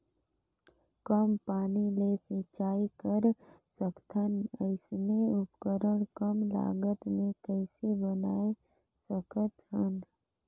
कम पानी ले सिंचाई कर सकथन अइसने उपकरण कम लागत मे कइसे बनाय सकत हन?